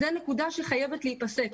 זו נקודה ש חייבת להפסק.